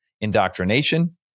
indoctrination